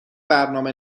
برنامه